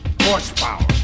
horsepower